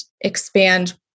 expand